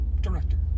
director